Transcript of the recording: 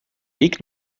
weg